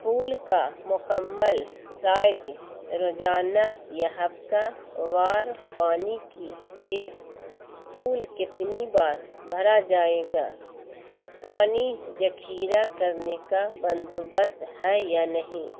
پول کا مکمل سائز روزانہ یا ہفتہ و پانی کی کھیت پول کتنی بار بھرا جائے گا پانی زخیرہ کرنے کا بندوبست ہے یا نہیں